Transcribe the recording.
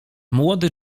młody